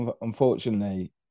unfortunately